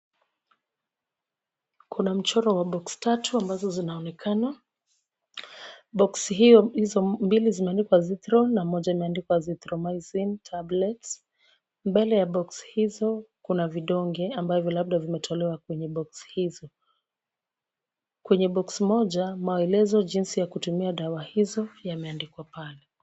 Kuna mchoro wa box tatu ambazo zinaonekana. Box hizo mbili zimeandikwa zithron na moja imeandikwa azithromycin tablets . Mbele ya box hizo kuna vidonge ambavyo labda vimetolewa kwenye box hizo. Kwenye box moja, maelezo jinsi ya kutumia dawa hizo yameandikwa pale.